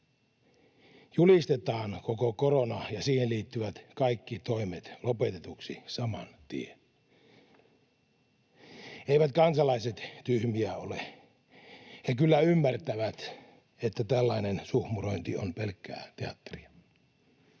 Julistetaan koko korona ja siihen liittyvät kaikki toimet lopetetuiksi saman tien. Eivät kansalaiset tyhmiä ole. He kyllä ymmärtävät, että tällainen suhmurointi on pelkkää teatteria.